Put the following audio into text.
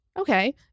okay